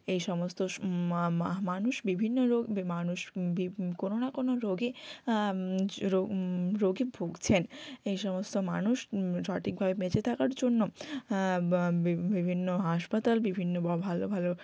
এই সমস্ত মা মা মানুষ বিভিন্ন রোগ বি মানুষ বি কোনো না কোনো রোগে রো রোগে ভুগছেন এই সমস্ত মানুষ সঠিকভাবে বেঁচে থাকার জন্য ব্য বি বিভিন্ন হাসপাতাল বিভিন্ন ভো ভালো ভালো